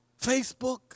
Facebook